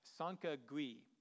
Sankagui